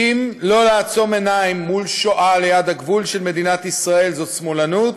אם לא לעצום עיניים מול שואה ליד הגבול של מדינת ישראל זאת שמאלנות,